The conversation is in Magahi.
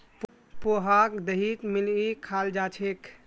पोहाक दहीत मिलइ खाल जा छेक